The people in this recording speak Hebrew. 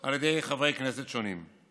על ידי חברי כנסת שונים.